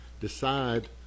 decide